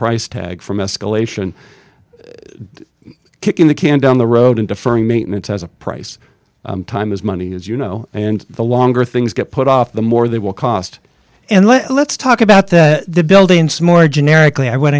price tag from escalation kicking the can down the road and deferring maintenance as a price time is money as you know and the longer things get put off the more they will cost and let's talk about that the buildings more generically i want